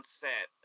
set